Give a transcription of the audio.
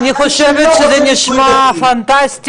אני חושבת שזה נשמע פנטסטי,